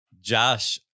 Josh